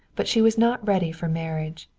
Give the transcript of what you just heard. but she was not ready for marriage.